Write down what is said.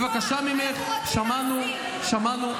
בבקשה ממך, שמענו.